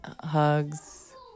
hugs